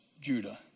Judah